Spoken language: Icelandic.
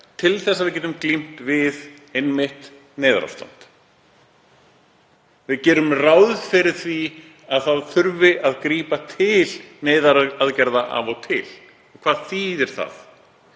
til þess að við getum glímt við neyðarástand. Við gerum ráð fyrir því að það þurfi að grípa til neyðaraðgerða af og til. Og hvað þýðir það?